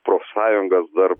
profsąjungas dar